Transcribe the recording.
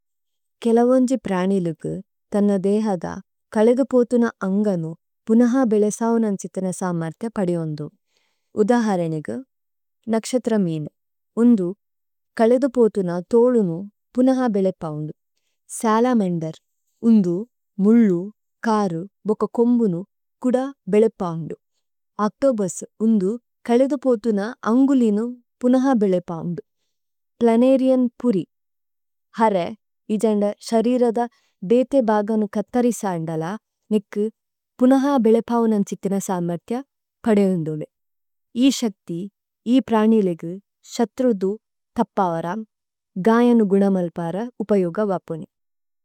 കേലേവോന്ജി പ്രാനിലിഗു ഥന്ന ദേഹദ കലേദു പോഥുന അന്ഗനു പുനഹ ബേലേസവുനന്ഛിഥന സമര്ഥേ പദിഓന്ദു। ഉദഹരനിഗു നക്ശത്ര മീനു, ഉന്ദു കലേദു പോഥുന ഥോലുനു പുനഹ ബേലേപൌന്ദു। സലമന്ദേര്, ഉന്ദു മുല്ലു, കരു, ബോക കോമ്ബുനു കുദ ബേലേപൌന്ദു। ഓച്തോബുസ്, ഉന്ദു കലേദു പോഥുന അന്ഗുലിനു പുനഹ ബേലേപൌന്ദു। പ്ലനരിഅന്, പുരി, ഹരേ, ഇജന്ദ ശരിരദ ബേതേ ബഗനു കഥരിസയന്ദല നേകു പുനഹ ബേലേപൌന്ദന്ഛിഥന സമര്ഥേ പദിഓന്ദു। ഇ ശക്തി, ഇ പ്രാനിലിഗു, ശത്രുദു, തപവര, ഗയനു ഗുനമല്പര ഉപയോഗ വപുനു।